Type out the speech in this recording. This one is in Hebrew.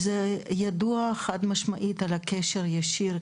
חד משמעית ידוע על קשר ישיר,